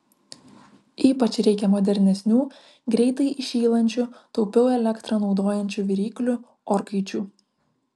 ypač reikia modernesnių greitai įšylančių taupiau elektrą naudojančių viryklių orkaičių